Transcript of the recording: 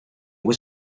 was